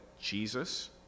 Jesus